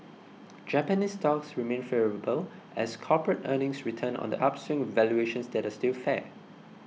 Japanese stocks remain favourable as corporate earnings return on the upswing with valuations that are still fair